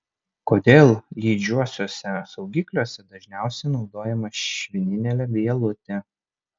kodėl lydžiuosiuose saugikliuose dažniausiai naudojama švininė vielutė